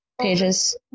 pages